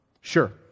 Sure